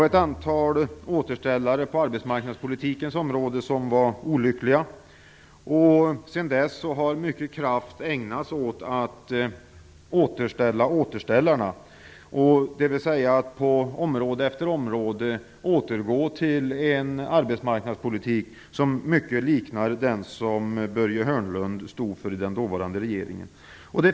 Ett antal återställare på arbetsmarknadspolitikens område var olyckliga. Sedan dess har mycket kraft ägnats åt att återställa återställarna, dvs. att på område efter område återgå till en arbetsmarknadspolitik som i mycket liknar den som Börje Hörnlund stod för i den dåvarande regeringen.